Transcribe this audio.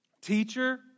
Teacher